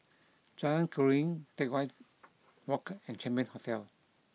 Jalan Keruing Teck Whye Walk and Champion Hotel